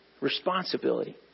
responsibility